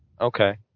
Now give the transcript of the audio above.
Okay